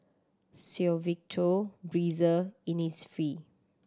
Suavecito Breezer Innisfree